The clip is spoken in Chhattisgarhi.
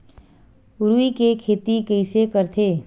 रुई के खेती कइसे करथे?